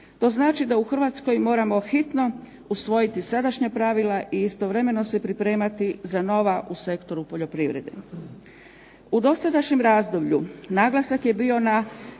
To znači da u Hrvatskoj moramo hitno usvojiti sadašnja pravila i istovremeno se pripremati za nova u sektoru poljoprivrede. U dosadašnjem razdoblju naglasak je bio na